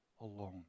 alone